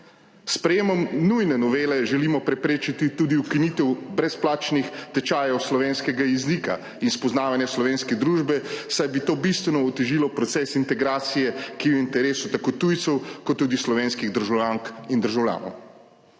sprejetjem nujne novele želimo preprečiti tudi ukinitev brezplačnih tečajev slovenskega jezika in spoznavanja slovenske družbe, saj bi to bistveno otežilo proces integracije, ki je v interesu tako tujcev kot tudi slovenskih državljank in državljanov.